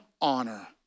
honor